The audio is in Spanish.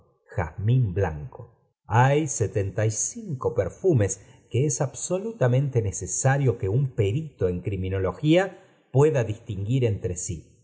jazmín blanro hay setenta y cinco perfumes que es absolutarnetitm necesario que un perito en criminología pueda distinguir entre sí